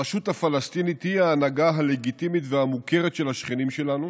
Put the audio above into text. הרשות הפלסטינית היא ההנהגה הלגיטימית והמוכרת של השכנים שלנו,